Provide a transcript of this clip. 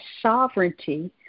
sovereignty